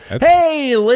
Hey